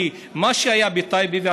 כי מה שהיה בטייבה,